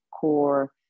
core